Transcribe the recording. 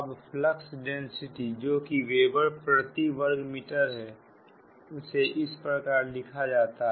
अब flux density जोकि weber प्रति वर्ग मीटर है उसे इस प्रकार लिखा जाता है